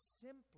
simply